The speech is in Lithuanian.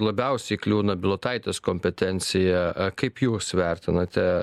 labiausiai kliūna bilotaitės kompetencija kaip jūs vertinate